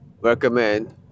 recommend